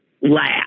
laugh